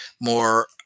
more